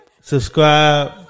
Subscribe